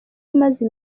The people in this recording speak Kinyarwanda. imaze